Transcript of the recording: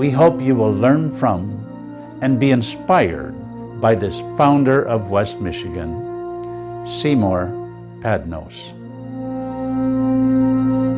we hope you will learn from and be inspired by this founder of west michigan seymour at no